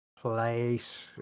place